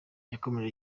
yakomeje